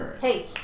Hey